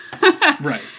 Right